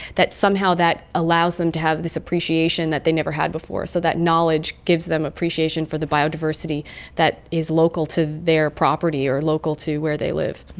that somehow that allows them to have this appreciation that they never had before. so that knowledge gives them appreciation for the biodiversity that is local to their property or local to where they live.